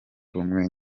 rumwe